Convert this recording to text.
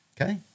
Okay